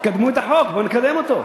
תקדמו את החוק, בואו נקדם אותו.